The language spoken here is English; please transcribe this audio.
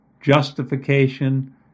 justification